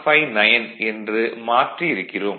159 என்று மாற்றி இருக்கிறோம்